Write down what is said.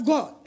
God